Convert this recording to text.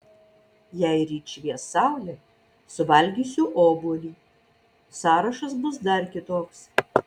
jei ryt švies saulė suvalgysiu obuolį sąrašas bus dar kitoks